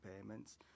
payments